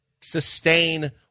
sustain